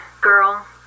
girl